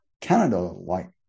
Canada-like